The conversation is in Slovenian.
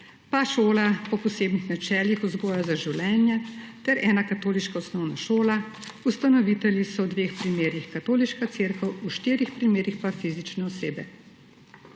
pa šola po posebnih načelih vzgoje za življenje ter ena katoliška osnovna šola. Ustanovitelji so v dveh primerih Katoliška Cerkev, v štirih primerih pa fizične osebe.